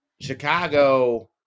Chicago